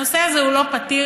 הנושא הזה הוא לא פתיר.